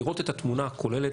לראות את התמונה הכוללת,